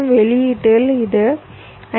வெளியீட்டில் அது 5